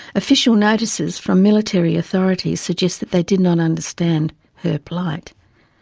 official notices from military authorities suggest that they did not understand her plight.